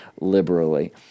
liberally